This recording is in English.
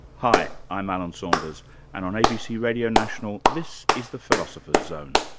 hi, i'm alan saunders and on abc radio national, this is the philosopher's zone.